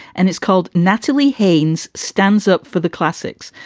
and it's called natalie haines stands up for the classics.